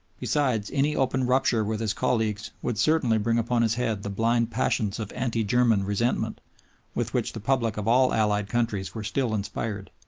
besides, any open rupture with his colleagues would certainly bring upon his head the blind passions of anti-german resentment with which the public of all allied countries were still inspired.